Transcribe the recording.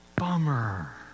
Bummer